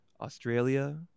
Australia